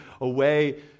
away